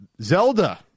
Zelda